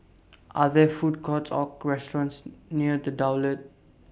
Are There Food Courts Or restaurants near The Daulat